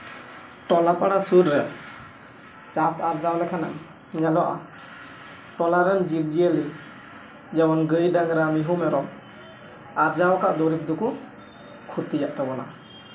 ᱴᱚᱞᱟᱼᱯᱟᱲᱟ ᱥᱩᱨ ᱨᱮ ᱪᱟᱥ ᱟᱨᱡᱟᱣ ᱞᱮᱠᱷᱟᱱᱮᱢ ᱧᱮᱞᱚᱜᱼᱟ ᱴᱚᱞᱟᱨᱮᱱ ᱡᱤᱵᱽᱼᱡᱤᱭᱟᱹᱞᱤ ᱡᱮᱢᱚᱱ ᱜᱟᱹᱭᱼᱰᱟᱝᱨᱟ ᱢᱤᱦᱩᱼᱢᱮᱨᱚᱢ ᱟᱨᱡᱟᱣ ᱟᱠᱟᱫ ᱫᱩᱨᱤᱵᱽ ᱫᱚᱠᱚ ᱠᱷᱚᱛᱤᱭᱮᱫ ᱛᱟᱵᱚᱱᱟ